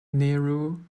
nehru